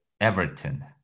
Everton